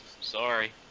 Sorry